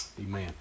Amen